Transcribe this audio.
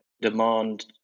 demand